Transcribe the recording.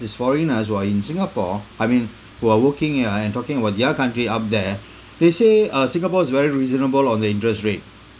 these foreigners who are in Singapore I mean who are working uh and talking about their country up there they say uh Dingapore is very reasonable on the interest rate